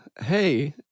hey